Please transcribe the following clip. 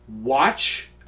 watch